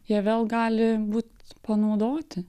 jie vėl gali būt panaudoti